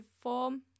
form